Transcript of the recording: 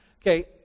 Okay